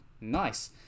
nice